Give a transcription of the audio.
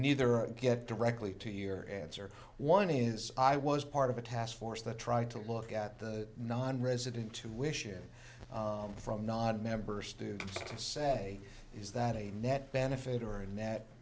neither get directly to your answer one is i was part of a task force that tried to look at the nonresident to wish it from not members to say is that a net benefit or a net